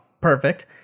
Perfect